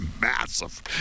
massive